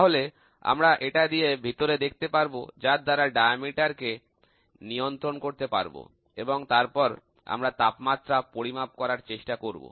তাহলে আমরা এটা দিয়ে ভিতরে দেখতে পারবো যার দ্বারা ব্যাস কে নিয়ন্ত্রণ করতে পারবো এবং তারপর আমরা তাপমাত্রা পরিমাপ করার চেষ্টা করব